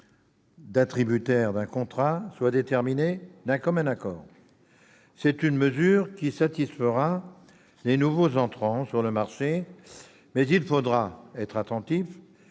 d'attributaire d'un contrat devra être déterminé d'un commun accord. C'est une mesure qui satisfera les nouveaux entrants sur le marché, mais il faudra que l'ARAFER